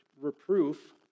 reproof